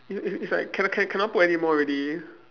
i~ it's like cannot cannot put anymore already